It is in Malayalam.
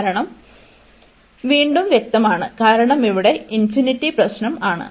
കാരണം വീണ്ടും വ്യക്തമാണ് കാരണം ഇവിടെ പ്രശ്നം ആണ്